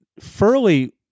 Furley